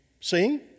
sing